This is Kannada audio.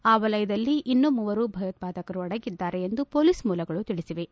ಆ ವಲಯದಲ್ಲಿ ಇನ್ನೂ ಮೂವರು ಭಯೋತ್ವಾದಕರು ಅಡಗಿದ್ದಾರೆ ಎಂದು ಪೊಲೀಸ್ ಮೂಲಗಳು ತಿಳಿಸಿವೆ